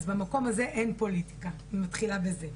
אז במקום הזה אין פוליטיקה, אני מתחילה בזה.